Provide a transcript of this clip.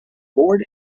board